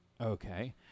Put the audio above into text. Okay